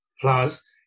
plus